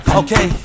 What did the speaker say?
okay